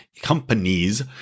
companies